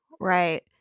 Right